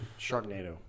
Sharknado